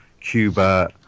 Cuba